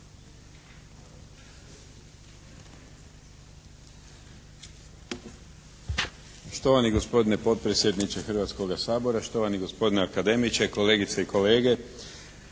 Poštovani gospodine potpredsjedniče Hrvatskoga sabora, poštovani akademiče, kolegice i kolege.